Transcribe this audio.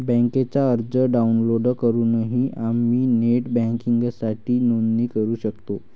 बँकेचा अर्ज डाउनलोड करूनही आम्ही नेट बँकिंगसाठी नोंदणी करू शकतो